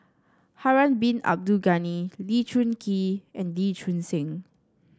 Harun Bin Abdul Ghani Lee Choon Kee and Lee Choon Seng